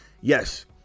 Yes